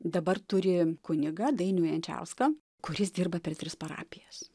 dabar turi kunigą dainių jančiauską kuris dirba per tris parapijas